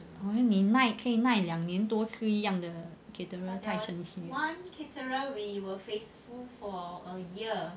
我以为你可以耐两年多吃一样的 caterer